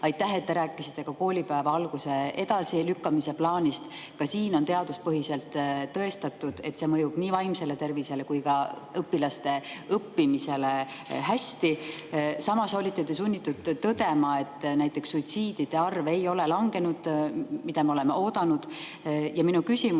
Aitäh, et te rääkisite ka koolipäeva alguse edasilükkamise plaanist! Ka siin on teaduspõhiselt tõestatud, et see mõjub nii õpilaste vaimsele tervisele kui ka õppimisele hästi. Samas olite sunnitud tõdema, et näiteks suitsiidide arv ei ole langenud, kuigi seda me oleme oodanud. Ja minu küsimus on: